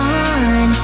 on